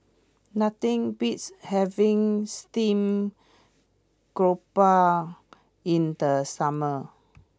nothing beats having Steamed Garoupa in the summer